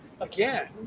again